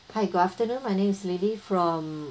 hi good afternoon my name is lily from